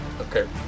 Okay